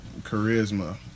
Charisma